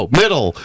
middle